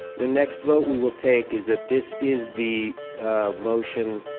the next vote we will take is that this is the motion